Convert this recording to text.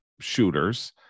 shooters